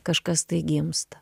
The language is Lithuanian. kažkas tai gimsta